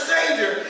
Savior